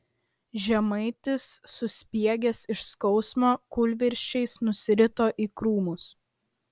žemaitis suspiegęs iš skausmo kūlvirsčiais nusirito į krūmus